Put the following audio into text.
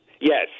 Yes